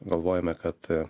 galvojome kad